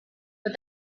but